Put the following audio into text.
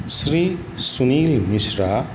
Shri Sunil Mishra